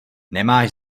nemáš